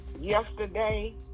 Yesterday